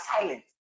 silent